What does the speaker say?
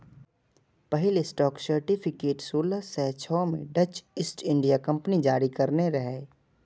पहिल stock certificate सोलह सय छह मे डच ईस्ट इंडिया कंपनी जारी करने रहै